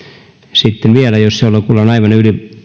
sitten vielä